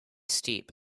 steep